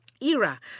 era